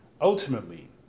Ultimately